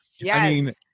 Yes